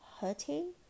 hurting